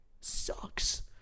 sucks